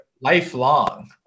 lifelong